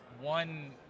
one